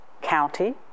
county